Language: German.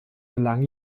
lange